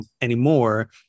anymore